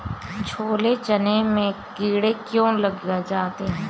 छोले चने में कीड़े क्यो लग जाते हैं?